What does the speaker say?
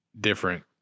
different